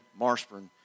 Marshburn